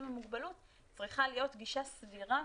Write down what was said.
עם מוגבלות צריכה להיות גישה סבירה